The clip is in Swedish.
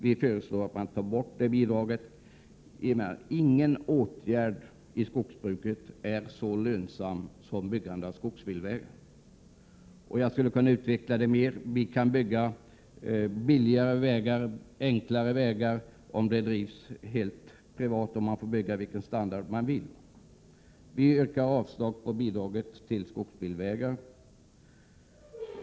Vi föreslår att man tar bort dessa bidrag. Ingen åtgärd i skogsbruket är så lönsam som byggande av skogsvägar. Detta är något som jag skulle kunna utveckla ytterligare. Man kan bygga billigare och enklare vägar, om det sker i helt privat regi och om man får bygga dem med den standard som man själv vill ha. Vi yrkar avslag på statsbidraget till byggande av skogsvägar.